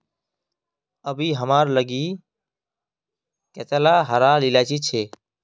अभी हमार लिगी कतेला हरा इलायची छे